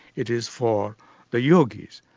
it is for the yogis'.